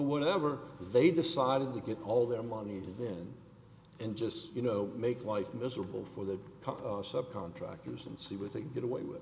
whatever they decided to get all their money and just you know make life miserable for the subcontractors and see what they can get away with